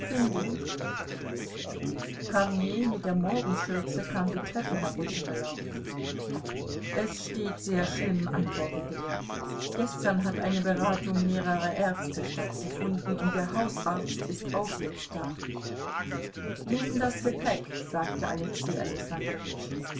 befinden kornei mit der morgenschürze kam die treppe heruntergelaufen es steht sehr schlimm antwortete er gestern hat eine beratung mehrerer ärzte stattgefunden und der hausarzt ist auch jetzt da nimm das gepäck sagte alexei